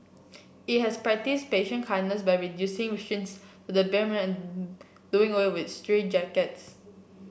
it has practised patient kindness by reducing restraints to the bare and doing away with straitjackets